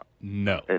No